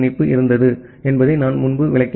B இணைப்பு இருந்தது என்பதை நான் முன்பு விளக்கினேன்